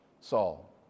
Saul